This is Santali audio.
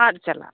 ᱟᱫ ᱪᱟᱞᱟᱜ